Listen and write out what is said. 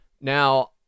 Now